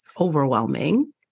overwhelming